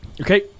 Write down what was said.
Okay